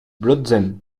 blotzheim